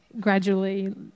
gradually